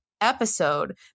episode